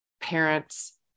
parents